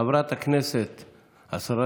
חבר הכנסת פינדרוס.